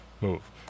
move